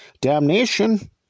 Damnation